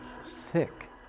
sick